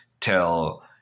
tell